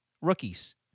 Rookies